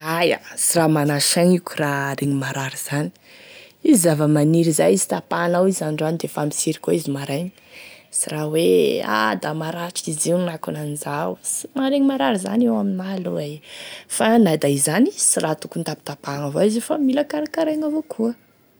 Aia sy raha mana saigny io koraha aregny marary zany, izy zava-maniry zay, shda tapahanao izy androany defa misiry koa izy amaraigny, sy raha hoe ah da maratry izy io na ankonan'izao, sy maharegny marary zany io amina aloha e, fa na da izany sy raha tokony tapatapahagny avao izy io fa mila karakaraigny avakoa.